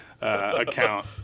account